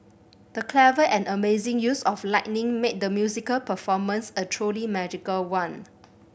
the clever and amazing use of lighting made the musical performance a truly magical one